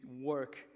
work